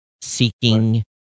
seeking